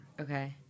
Okay